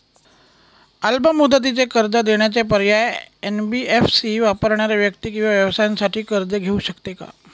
अल्प मुदतीचे कर्ज देण्याचे पर्याय, एन.बी.एफ.सी वापरणाऱ्या व्यक्ती किंवा व्यवसायांसाठी कर्ज घेऊ शकते का?